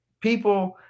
people